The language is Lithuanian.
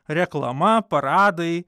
reklama paradai